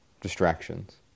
distractions